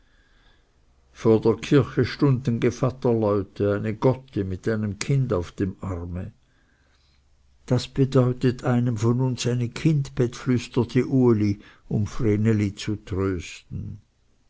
vor der kirche stunden gevatterleute eine gotte mit einem kinde auf dem arme das bedeutet einem von uns eine kindbett flüsterte uli um vreneli zu trösten